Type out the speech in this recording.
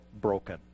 broken